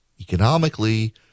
economically